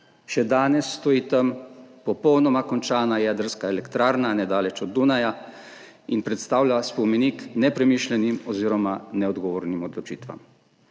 Še danes stoji tam popolnoma končana jedrska elektrarna, nedaleč od Dunaja, in predstavlja spomenik nepremišljenim oziroma neodgovornim odločitvam.